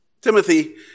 Timothy